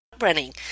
running